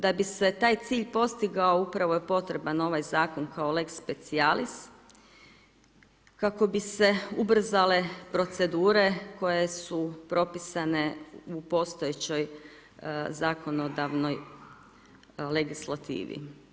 Da bi se taj cilj postigao upravo je potreban ovaj zakon kao lex specialis kako bi se ubrzale procedure koje su propisane u postojećoj zakonodavnoj legislativi.